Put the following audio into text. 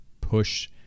push